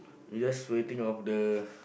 you just waiting of the